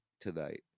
tonight